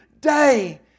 day